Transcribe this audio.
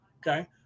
okay